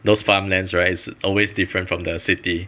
those farmlands right is always different from the city